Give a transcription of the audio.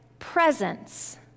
presence